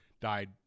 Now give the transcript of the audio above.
died